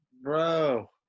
Bro